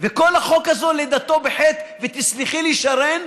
וכל החוק הזה לידתו בחטא, ותסלחי לי, שרן,